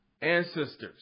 ancestors